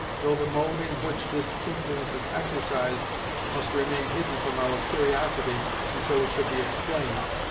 though the mode in which this influence is exercised must remain hidden from our curiosity until it shall be explained,